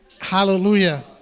Hallelujah